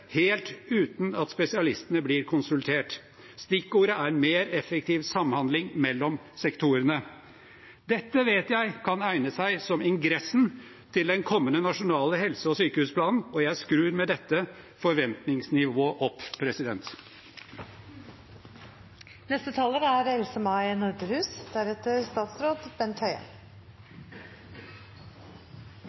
helt uten at spesialistene blir konsultert. Stikkordet er mer effektiv samhandling mellom sektorene. Dette vet jeg kan egne seg som ingressen til den kommende nasjonale helse- og sykehusplanen – og jeg skrur med dette forventningsnivået opp! Klimakrisen er